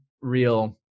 real